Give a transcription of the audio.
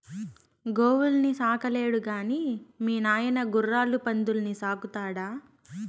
గోవుల్ని సాకలేడు గాని మీ నాయన గుర్రాలు పందుల్ని సాకుతాడా